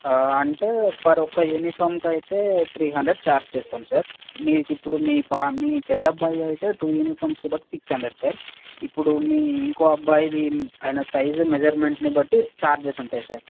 ఆ అంటే పర్ ఒక యూనిఫామ్కైతే త్రీ హండ్రడ్ ఛార్జ్ చ్రేస్తాము సార్ మీకిప్పుడు మీ ప మీ పెద్దబ్బాయి అయితే టూ యూనిఫామ్స్ కాబట్టి సిక్స్ హండ్రడ్ సార్ ఇప్పుడు మీ ఇంకో అబ్బాయిది ఆయన సైజు మెసర్మెంట్ని బట్టి ఛార్జ్స్ ఉంటాయి సార్